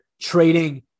trading